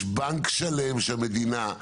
יש בנק שלם שהמדינה,